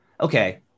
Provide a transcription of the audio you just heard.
Okay